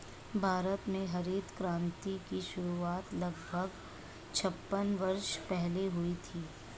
भारत में हरित क्रांति की शुरुआत लगभग छप्पन वर्ष पहले हुई थी